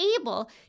able